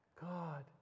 God